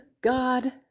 God